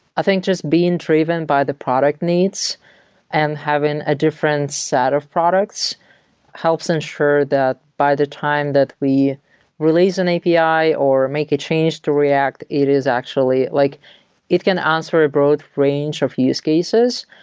i think just being driven by the product needs and having a different set of products helps ensure that by the time that we release an api, or make a change to react, it is actually like it can answer a broad range of use cases.